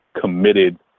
committed